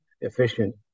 efficient